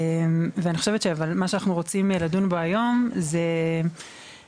אבל אני חושבת שמה שאנחנו רוצים לדון בו היום זה כל